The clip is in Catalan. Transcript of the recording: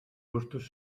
gustos